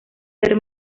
ser